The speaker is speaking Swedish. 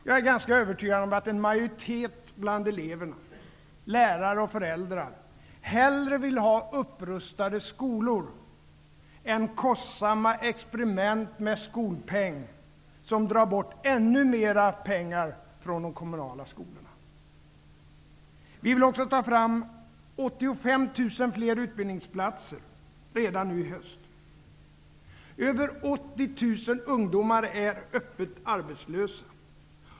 Jag är ganska övertygad om att en majoritet bland elever, lärare och föräldrar hellre vill ha upprustade skolor än kostsamma experiment med skolpeng, som drar bort ännu mer pengar från de kommunala skolorna. Vi vill också ta fram 85 000 fler utbildningsplatser redan nu i höst. Över 80 000 ungdomar är öppet arbetslösa.